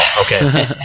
Okay